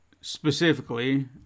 specifically